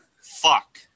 Fuck